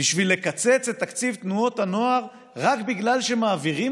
בשביל לקצץ את תקציב תנועות הנוער רק בגלל שמעבירים